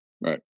Right